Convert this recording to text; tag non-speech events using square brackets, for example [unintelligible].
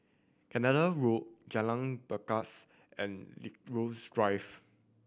Canada Road Jalan Pakis and [unintelligible] Drive